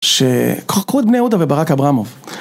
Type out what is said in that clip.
ש... כהה, קחו את בני יהודה וברק אברמוב.